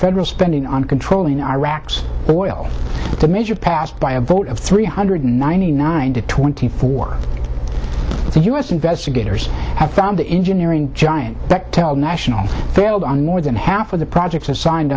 federal spending on controlling iraq's oil the measure passed by a vote of three hundred ninety nine to twenty four the u s investigators have found the engineering giant bechtel national failed on more than half of the projects assigned